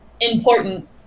important